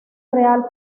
real